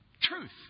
Truth